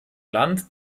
land